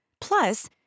Plus